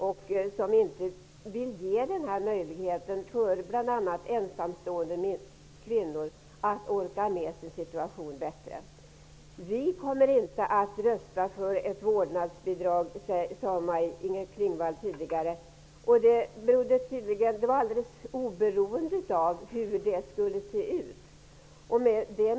De vill inte ge den möjligheten till ensamstående kvinnor för att de bättre skall orka med sin situation. Vi kommer inte att rösta för ett vårdnadsbidrag, sade Maj-Inger Klingvall tidigare, alldeles oberoende av hur det kommer att se ut.